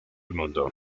mundo